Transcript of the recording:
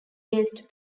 based